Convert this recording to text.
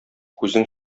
күзең